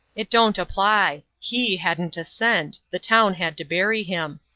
it don't apply. he hadn't a cent the town had to bury him.